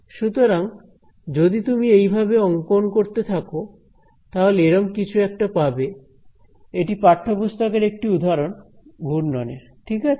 সুতরাং যদি তুমি এইভাবে অঙ্কন করতে থাকো তাহলে এরকম কিছু একটা পাবে এটি পাঠ্যপুস্তক এর একটি উদাহরণ ঘূর্ণনের ঠিক আছে